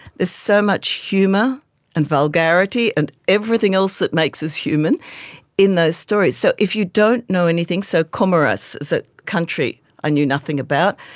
there's so much humour and vulgarity and everything else that makes us human in those stories. so if you don't know anything, so comoros is a country i knew nothing about.